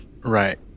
Right